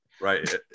Right